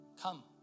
Come